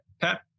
Pat